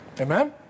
Amen